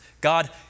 God